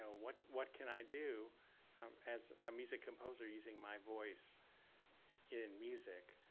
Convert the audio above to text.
what what can i do as a music composer, using my voice in music?